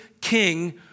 king